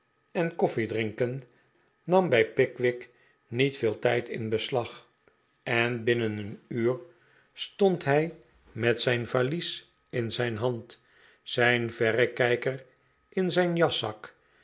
en koffiedrinken nam bij pickwick niet veel tijd in beslag en binnen een uur stond hij met zijn valies in zijn hand zijn verrekijker in zijn jaszak